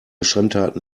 schandtaten